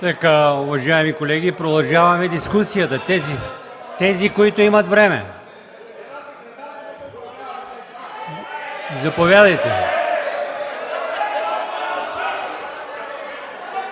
Уважаеми колеги, продължаваме дискусията за тези, които имат време. Заповядайте.